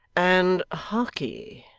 and harkee,